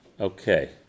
Okay